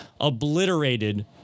obliterated